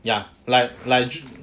ya like like